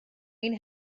ein